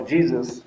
Jesus